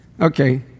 Okay